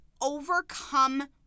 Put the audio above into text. overcome